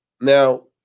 now